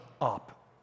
up